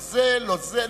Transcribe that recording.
לא זה ולא זה,